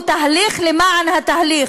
הוא תהליך למען התהליך,